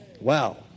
wow